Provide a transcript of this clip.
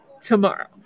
tomorrow